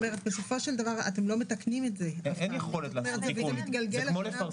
שאנחנו מבינים שהוא הרבה פחות אידיאלי בחלוקת